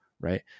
right